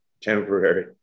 temporary